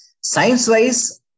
Science-wise